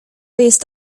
jest